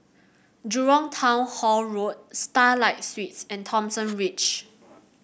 Jurong Town Hall Road Starlight Suites and Thomson Ridge